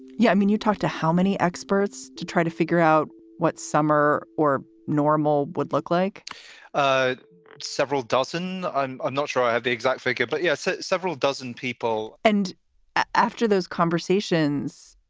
yeah, i mean, you talked to how many experts to try to figure out what summer or normal would look like ah several several dozen. i'm not sure i have the exact figure, but yes, ah several dozen people and after those conversations,